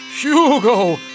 Hugo